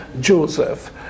Joseph